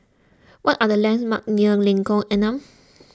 what are the landmarks near Lengkok Enam